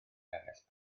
eraill